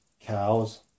cows